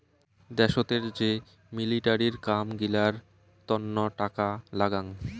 দ্যাশোতের যে মিলিটারির কাম গিলার তন্ন টাকা লাগাং